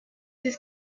this